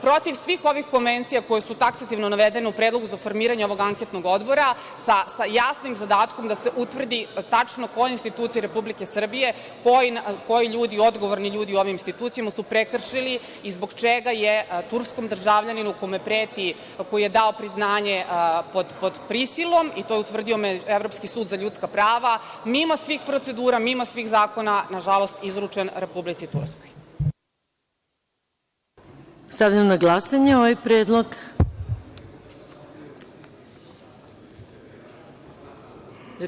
Protiv svih ovih konvencija koje su taksativno navedene u predlogu za formiranje ovog anketnog odbora, sa jasnim zadatkom da se utvrdi tačno koja institucija Republike Srbije, koji ljudi, odgovorni ljudi u ovim institucijama su prekršili i zbog čega je turskom državljaninu kome preti, koji je dao priznanje pod prisilom i to je utvrdio Evropski sud za ljudska prava, mimo svih procedura, mimo svih zakona, nažalost izručen Republici Turskoj?